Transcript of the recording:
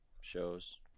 shows